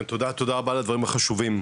תודה רבה על הדברים החשובים.